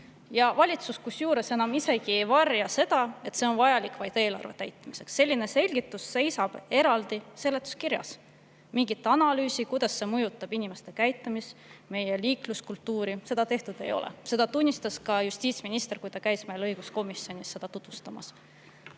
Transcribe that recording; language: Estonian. Ja valitsus enam isegi ei varja seda, et see on vajalik vaid eelarve täitmiseks. Selline selgitus on ka seletuskirjas eraldi olemas. Mingit analüüsi, kuidas see mõjutab inimeste käitumist, meie liikluskultuuri, tehtud ei ole. Seda tunnistas ka justiitsminister, kui ta käis meil õiguskomisjonis eelnõu tutvustamas.